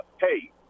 hey